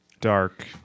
dark